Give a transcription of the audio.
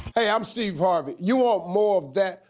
hey i'm steve harvey, you want more of that?